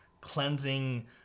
cleansing